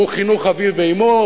הם חינוך אביו ואמו,